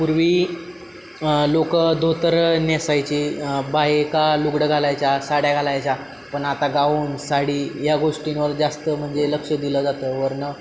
पूर्वी लोकं धोतर नेसायची बायका लुगडं घालायच्या साड्या घालायच्या पण आता गाऊन साडी या गोष्टींवर जास्त म्हणजे लक्ष दिलं जातं वरुनं